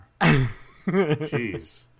jeez